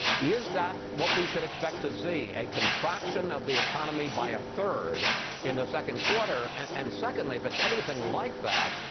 is that what we should expect to see, a contraction of the economy by a third in the second quarter and and secondly, if but it's anything like that,